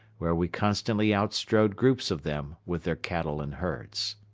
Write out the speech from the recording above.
where we constantly outstrode groups of them with their cattle and herds.